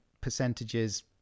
percentages